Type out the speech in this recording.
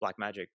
Blackmagic